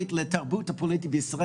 באקדמיה הפך למקארתיסטי עם קווים טוטליטריים,